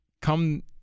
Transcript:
Come